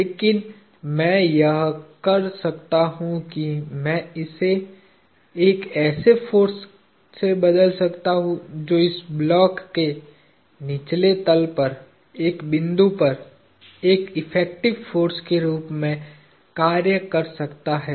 लेकिन मैं यह कर सकता हूं कि मैं इसे एक ऐसे फोर्स से बदल सकता हूं जो इस ब्लॉक के निचले तल पर एक बिंदु पर एक इफेक्टिव फोर्स के रूप में कार्य कर सकता है